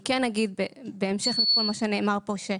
אני כן אגיד בהמשך לכל מה שנאמר פה,